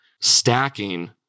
stacking